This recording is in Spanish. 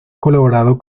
colaborado